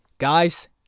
Guys